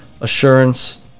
assurance